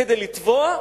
כדי לתבוע.